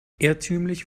irrtümlich